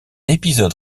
épisode